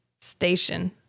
station